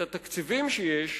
את התקציבים שיש,